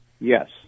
Yes